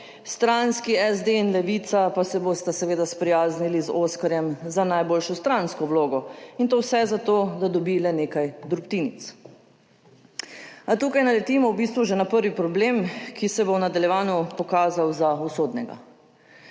Stranski SD in Levica pa se bosta seveda sprijaznili z oskarjem za najboljšo stransko vlogo in to vse za to, da dobi le nekaj drobtinic. A tukaj naletimo v bistvu že na prvi problem, ki se bo v nadaljevanju pokazal za usodnega.